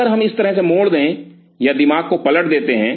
अगर हम इस तरह से मोड़ दे या दिमाग को पलट देते हैं